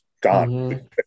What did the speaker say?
gone